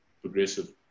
progressive